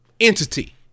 entity